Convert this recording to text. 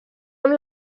amb